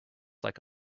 like